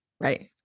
Right